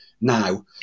now